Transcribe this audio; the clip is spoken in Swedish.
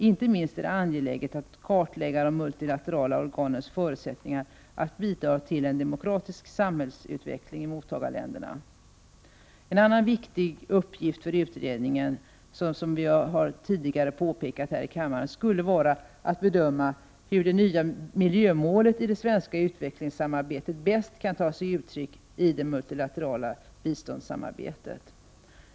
Inte minst är det angeläget att kartlägga de multilaterala organens förutsättningar att bidra till en demokratisk samhällsutveckling i mottagarländerna. En annan viktig uppgift för utredningen skulle, såsom vi tidigare har påpekat här i kammaren, vara att bedöma hur det nya miljömålet i det svenska utvecklingssamarbetet bäst kan ta sig uttryck i det multilaterala biståndssamarbetet.